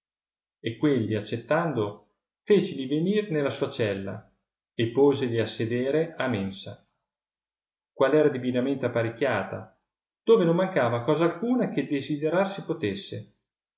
e quelli accettando feceli venir nella sua cella e posegli a sedere a mensa qual era divinamente apparecchiata dove non mancava cosa alcuna che desiderar si potesse